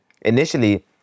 initially